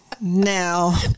Now